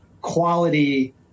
quality